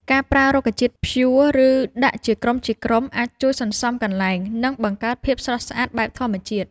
ការប្រើរុក្ខជាតិព្យួរ ឬដាក់ជាក្រុមៗអាចជួយសន្សំកន្លែង និងបង្កើតភាពស្រស់ស្អាតបែបធម្មជាតិ។